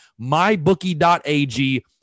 mybookie.ag